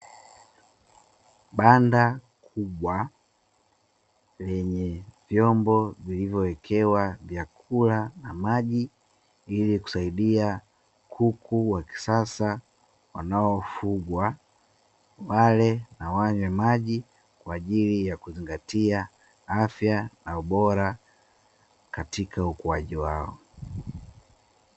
Banda kubwa, lenye vyombo vilivyowekewa vyakula na maji ili kusaidia kuku wa kisasa wa wanaofugwa, wale na wanywe maji ili kuzingatia afya na ubora katika ukuaji wao.